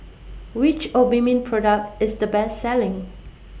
Which Obimin Product IS The Best Selling